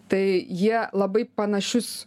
tai jie labai panašius